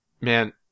man